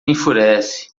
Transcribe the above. enfurece